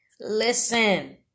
Listen